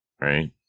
Right